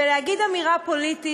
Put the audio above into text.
להגיד אמירה פוליטית.